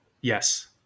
Yes